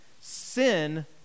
Sin